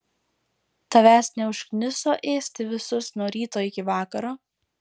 tavęs neužkniso ėsti visus nuo ryto iki vakaro